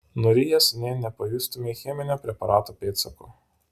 nurijęs nė nepajustumei cheminio preparato pėdsakų